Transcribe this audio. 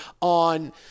on –